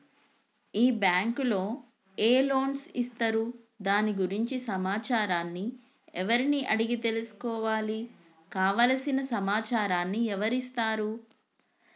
ఈ బ్యాంకులో ఏ లోన్స్ ఇస్తారు దాని గురించి సమాచారాన్ని ఎవరిని అడిగి తెలుసుకోవాలి? కావలసిన సమాచారాన్ని ఎవరిస్తారు?